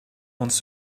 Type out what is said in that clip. wants